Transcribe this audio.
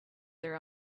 their